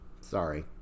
sorry